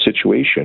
situation